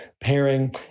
pairing